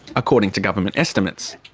according to government estimates.